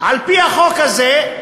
על-פי החוק הזה,